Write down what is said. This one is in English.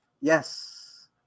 Yes